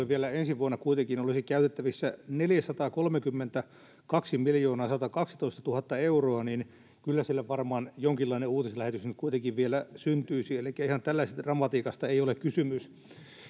vielä ensi vuonna kuitenkin olisi käytettävissä neljäsataakolmekymmentäkaksimiljoonaasatakaksitoistatuhatta euroa niin kyllä sillä varmaan jonkinlainen uutislähetys kuitenkin vielä syntyisi elikkä ihan tällaisesta dramatiikasta ei ole kysymys